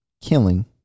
killing